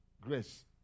Grace